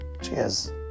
Cheers